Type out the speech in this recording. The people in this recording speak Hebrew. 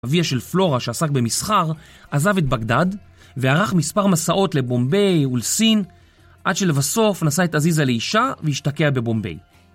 אביה של פלורה שעסק במסחר, עזב את בגדד וערך מספר מסעות לבומביי ולסין עד שלבסוף נסע את עזיזה לאישה והשתקע בבומביי